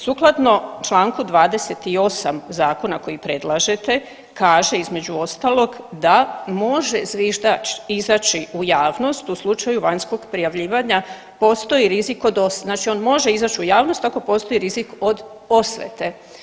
Sukladno članku 28. zakona koji predlažete kaže između ostalog da može zviždač izaći u javnost u slučaju vanjskog prijavljivanja postoji rizik od, znači on može izaći u javnost ako postoji rizik od osvete.